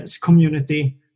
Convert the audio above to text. community